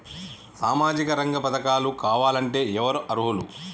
సామాజిక రంగ పథకాలు కావాలంటే ఎవరు అర్హులు?